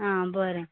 आं बरे